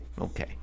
Okay